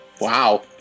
Wow